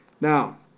Now